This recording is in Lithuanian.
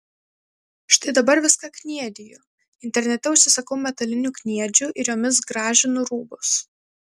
štai dabar viską kniediju internete užsisakau metalinių kniedžių ir jomis gražinu rūbus